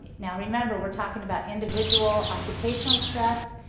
now remember we're talking about individual occupational stress,